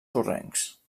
sorrencs